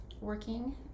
working